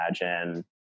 imagine